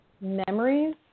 memories